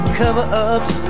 cover-ups